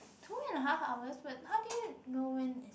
two and a half hours but how do you know when is